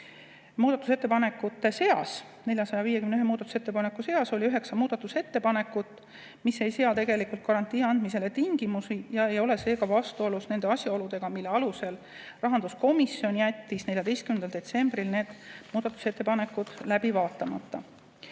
451 muudatusettepaneku seas oli üheksa muudatusettepanekut, mis ei sea tegelikult garantii andmisele tingimusi ja ei ole seega vastuolus nende asjaoludega, mille alusel rahanduskomisjon jättis 14. detsembril need muudatusettepanekud läbi vaatamata.